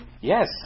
Yes